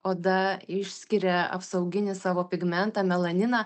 oda išskiria apsauginį savo pigmentą melaniną